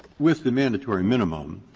with the mandatory minimum,